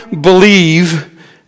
believe